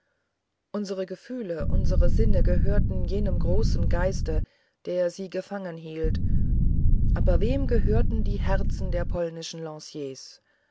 unsere gefühle unsere sinne gehörten jenem großen geiste der sie gefangen hielt aber wem gehörten die herzen der polnischen